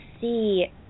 see